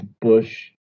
Bush